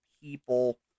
people